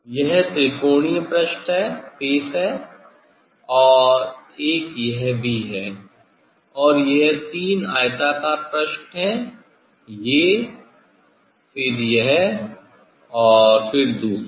यह त्रिकोणीय पृष्ठ है और एक यह भी है और यह तीन आयताकार पृष्ठ है ये फिर यह और फिर दूसरा